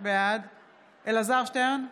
בעד אלעזר שטרן,